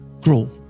grow